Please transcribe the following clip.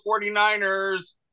49ers